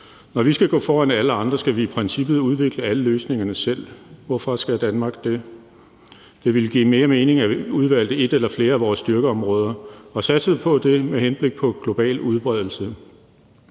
Når vi skal gå foran alle andre, skal vi i princippet udvikle alle løsningerne selv. Hvorfor skal Danmark det? Det ville give mere mening, at vi udvalgte et eller flere af vores styrkeområder og satsede på det med henblik på global udbredelse,